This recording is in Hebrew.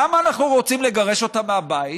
למה אנחנו רוצים לגרש אותם מהבית?